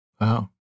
Wow